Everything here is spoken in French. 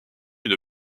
une